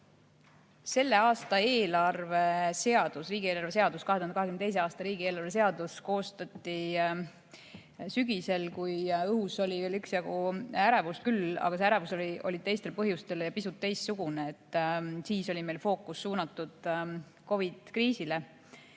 Selle aasta riigieelarve seadus, 2022. aasta riigieelarve seadus koostati sügisel, kui õhus oli veel üksjagu ärevust, aga see ärevus oli teistel põhjustel ja pisut teistsugune. Siis oli meie fookus suunatud COVID‑i kriisile.